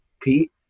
Pete